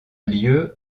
lieu